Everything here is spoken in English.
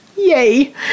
Yay